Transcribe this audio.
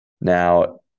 Now